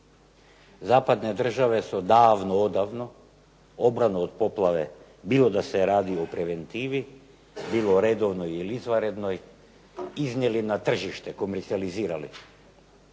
Zapadne države su davno, odavno obranu od poplave bilo da se radi o preventivi, bilo redovnoj ili izvanrednoj iznijeli na tržište, komercijalizirali.